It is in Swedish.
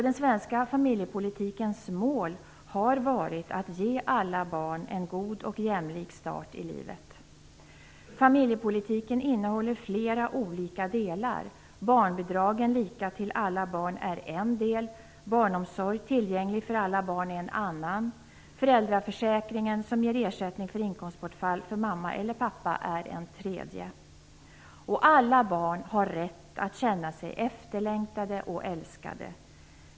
Den svenska familjepolitikens mål har varit att ge alla barn en god och jämlik start i livet. Familjepolitiken innehåller flera olika delar. Barnbidragen, lika till alla barn, är en del. Barnomsorg, tillgänglig för alla barn, är en annan. Föräldraförsäkringen, som ger ersättning för inkomstbortfall för mamma eller pappa, är en tredje. Alla barn har rätt att känna sig efterlängtade och älskade.